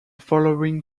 following